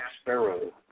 Sparrow